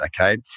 okay